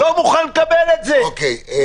אין